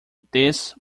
this